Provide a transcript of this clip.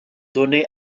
donnés